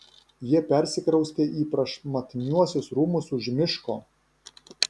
jie persikraustė į prašmatniuosius rūmus už miško